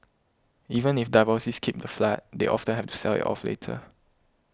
even if divorcees keep the flat they often have to sell it off later